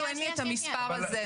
אפילו אין לי את המספר הזה,